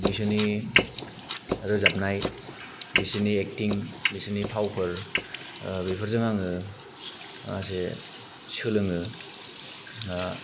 बिसोरनि रोजाबनाय बिसोरनि एक्टिं बिसोरनि फावफोर बेफोरजों आङो माखासे सोलोङो ओ